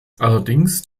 allerdings